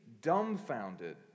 Dumbfounded